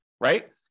right